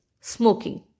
smoking